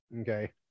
Okay